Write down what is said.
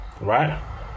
right